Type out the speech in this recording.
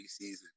season